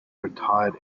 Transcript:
retired